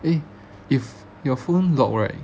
eh if your phone lock right